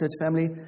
family